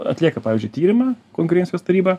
atlieka pavyzdžiui tyrimą konkurencijos taryba